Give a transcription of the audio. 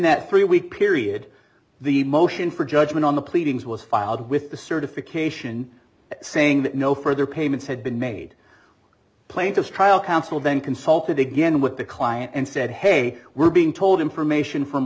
that three week period the motion for judgment on the pleadings was filed with the certification saying that no further payments had been made plaintiff's trial counsel then consulted again with the client and said hey we're being told information from